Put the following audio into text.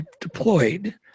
deployed